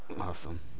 Awesome